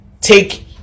take